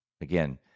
again